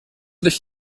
dich